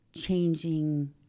changing